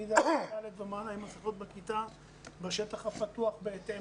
מכיתה ד' ומעלה הם עם מסכות בכיתה ובשטח הפתוח בהתאם